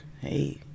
Hey